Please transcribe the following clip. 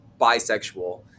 bisexual